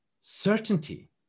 certainty